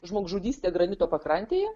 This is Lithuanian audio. žmogžudystė granito pakrantėje